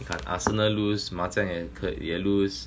你看 arsenal lose 麻将也可也 lose